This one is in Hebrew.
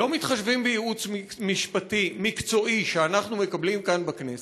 ולא מתחשבים בייעוץ משפטי מקצועי שאנחנו מקבלים כאן בכנסת,